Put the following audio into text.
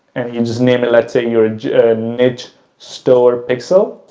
and you just name it, let's say you're niche store pixel.